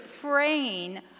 praying